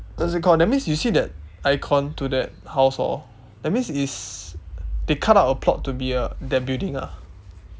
what's it called that's means you see that icon to that house hor that means it's they cut out a plot to be a that building ah